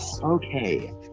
okay